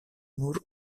nur